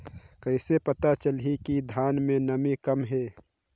कइसे पता चलही कि धान मे नमी कम हे?